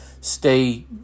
stay